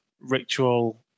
ritual